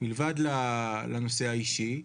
מלבד לנושא האישי.